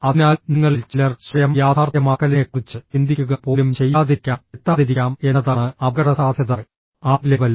അതിനാൽ നിങ്ങളിൽ ചിലർ സ്വയം യാഥാർത്ഥ്യമാക്കലിനെക്കുറിച്ച് ചിന്തിക്കുക പോലും ചെയ്യാതിരിക്കാം എത്താതിരിക്കാം എന്നതാണ് അപകടസാധ്യത ആ ലെവൽ